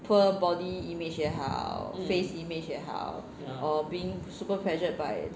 poor body image 也好 face image 也好 or being super pressured by